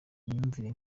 imyumvire